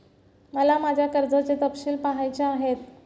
मला माझ्या कर्जाचे तपशील पहायचे आहेत